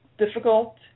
difficult